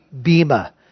bima